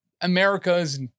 America's